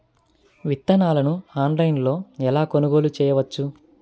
విత్తనాలను ఆన్లైనులో ఎలా కొనుగోలు చేయవచ్చు?